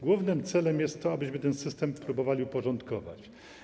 Głównym celem jest to, abyśmy ten system spróbowali uporządkować.